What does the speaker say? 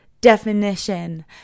definition